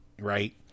Right